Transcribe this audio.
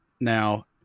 now